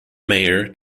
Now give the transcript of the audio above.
mayor